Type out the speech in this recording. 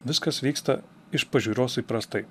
viskas vyksta iš pažiūros įprastai